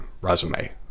resume